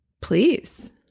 Please